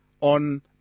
on